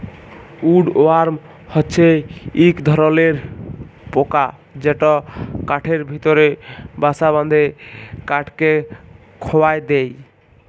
would worm হছে ইক ধরলর পকা যেট কাঠের ভিতরে বাসা বাঁধে কাঠকে খয়ায় দেই